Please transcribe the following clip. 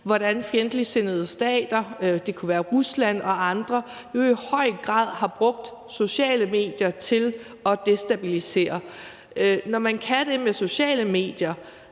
hvordan fjendtligsindede stater – det kunne være Rusland – og andre i høj grad har brugt sociale medier til at destabilisere. Når man kan det med sociale medier,